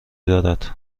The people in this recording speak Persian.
دارد